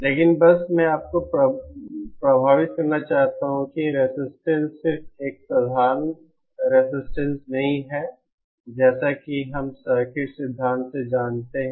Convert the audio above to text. लेकिन बस मैं आपको प्रभावित करना चाहता हूं कि रजिस्टेंस सिर्फ एक साधारण रजिस्टेंस नहीं है जैसा कि हम सर्किट सिद्धांत से जानते हैं